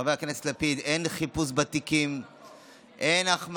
חבר הכנסת לפיד, אין חיפוש בתיקים.